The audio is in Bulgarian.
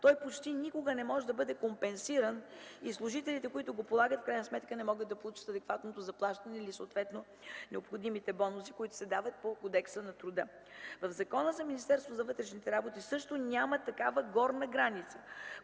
той почти никога не може да бъде компенсиран и служителите, които го полагат, в крайна сметка не могат да получат адекватното заплащане или съответно необходимите бонуси, които се дават по Кодекса на труда. В Закона за Министерството на вътрешните работи също няма такава горна граница,